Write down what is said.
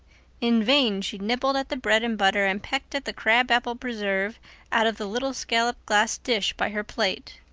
in vain she nibbled at the bread and butter and pecked at the crab-apple preserve out of the little scalloped glass dish by her plate.